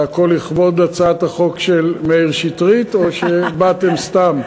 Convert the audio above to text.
הכול לכבוד הצעת החוק של מאיר שטרית או שבאתם סתם?